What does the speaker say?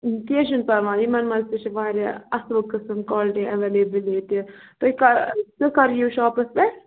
کیٚنٛہہ چھُنہٕ پَرواے یِمَن منٛز تہِ چھِ واریاہ اَصٕل قٕسٕم کالٹی ایٚویلیبُل ییٚتہِ تُہۍ کَر تُہۍ کَر یِیِو شاپَس پٮ۪ٹھ